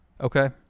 Okay